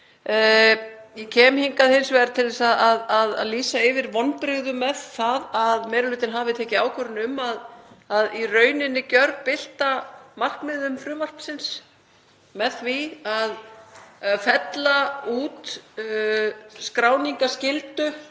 Ég kem hingað hins vegar til að lýsa yfir vonbrigðum með það að meiri hlutinn hafi í raun ákveðið að gjörbylta markmiðum frumvarpsins með því að fella út skráningarskyldu